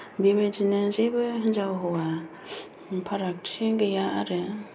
बेबायदिनो जेबो हिनजाव हौवा फारागथि गैया आरो